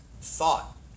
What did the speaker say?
thought